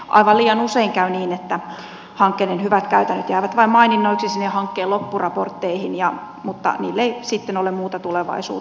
aivan liian usein käy niin että hankkeiden hyvät käytännöt jäävät vain maininnoiksi sinne hankkeiden loppuraportteihin mutta niille ei sitten ole muuta tulevaisuutta